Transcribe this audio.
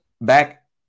back